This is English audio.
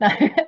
no